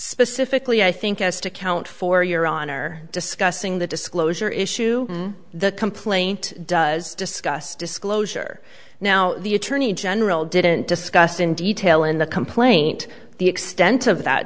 specifically i think as to count for your honor discussing the disclosure issue the complaint does discuss disclosure now the attorney general didn't discuss in detail in the complaint the extent of that